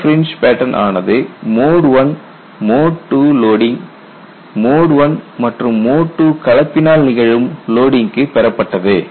இந்த fringe pattern ஆனது mode I mode II loading mode I மற்றும் மோட் II கலப்பினால் நிகழும் லோடிங்க்கும் பெறப்பட்டது